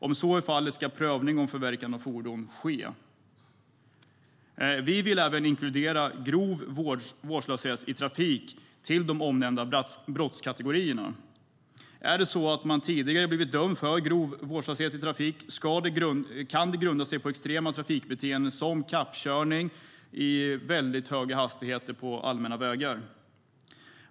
Om så är fallet ska prövning om förverkande av fordon ske. Vi vill även inkludera grov vårdslöshet i trafik till de omnämnda brottskategorierna. Är det så att man tidigare blivit dömd för grov vårdslöshet i trafik kan det grunda sig på extrema trafikbeteenden som kappkörning i väldigt höga hastigheter på allmänna vägar.